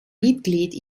mitglied